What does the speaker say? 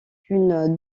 une